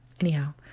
Anyhow